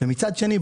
מצד שני,